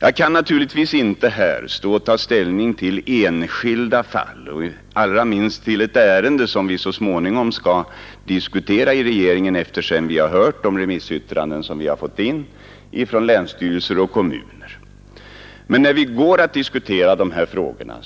Jag kan naturligtvis inte stå här och ta ställning till enskilda fall, allra minst till ett ärende som vi så småningom skall diskutera i regeringen när vi hört de remissyttranden vi fått in från länsstyrelse och kommuner. Men när vi går att diskutera dessa frågor